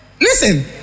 Listen